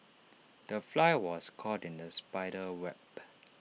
the fly was caught in the spider's web